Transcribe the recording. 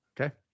Okay